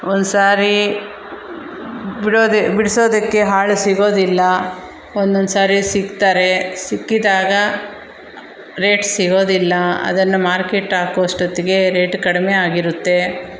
ಒನ್ಸಾರಿ ಬಿಡೋದೇ ಬಿಡಿಸೋದಕ್ಕೆ ಆಳ್ ಸಿಗೋದಿಲ್ಲ ಒನ್ನೊಂದ್ಸಾರಿ ಸಿಕ್ತಾರೆ ಸಿಕ್ಕಿದಾಗ ರೇಟ್ ಸಿಗೋದಿಲ್ಲ ಅದನ್ನು ಮಾರ್ಕೆಟ್ ಹಾಕೊಷ್ಟೊತ್ತಿಗೆ ರೇಟ್ ಕಡಿಮೆ ಆಗಿರುತ್ತೆ